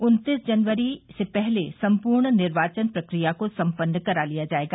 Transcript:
उन्तीस जनवरी से पहले सम्पूर्ण निर्वाचन प्रक्रिया को सम्पन्न करा लिया जायेगा